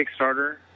Kickstarter